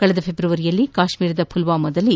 ಕಳೆದ ಫೆಬ್ರವರಿಯಲ್ಲಿ ಕಾಶ್ನೀರದ ಪುಲ್ವಾಮಾದಲ್ಲಿ